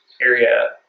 area